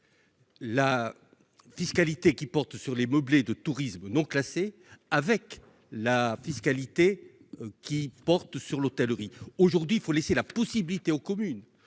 La fiscalité qui porte sur les meublés de tourisme non classés avec la fiscalité qui porte sur l'hôtellerie, aujourd'hui il faut laisser la possibilité aux communes